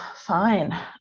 fine